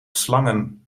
slangen